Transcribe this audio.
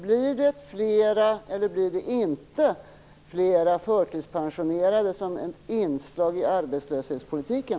Blir det flera eller blir det inte flera förtidspensioneringar som ett inslag i arbetslöshetspolitiken?